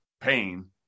pain